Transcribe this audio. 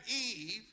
Eve